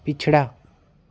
पिछड़ा